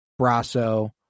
Brasso